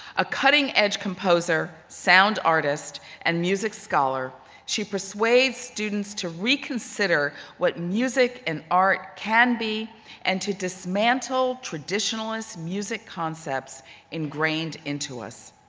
a cutting-edge composer, sound artist and music scholar, she persuades students to reconsider what music and art can be and to dismantle traditionalist music concepts ingrained into us.